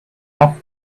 off